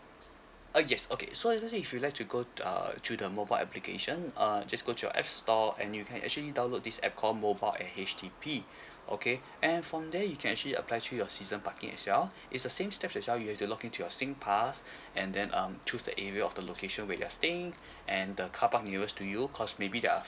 uh yes okay so actually if you'd like to go uh to the mobile application uh just go to your apps store and you can actually download app called mobile at H_D_B okay and from there you can actually apply to your season parking as well it's the same step as how you has to login to your singpass and then um choose the area of the location where you are staying and the car parks nearest to you cause maybe there are